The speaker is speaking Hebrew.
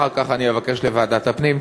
אחר כך אני אבקש, לוועדת הפנים.